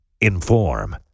inform